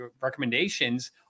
recommendations